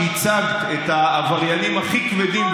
כשייצגת את העבריינים הכי כבדים,